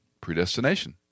Predestination